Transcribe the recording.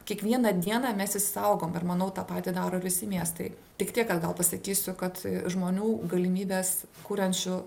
kiekvieną dieną mes jį saugom ir manau tą patį daro ir visi miestai tik tiek kad gal pasakysiu kad žmonių galimybės kuriančių